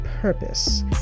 purpose